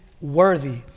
worthy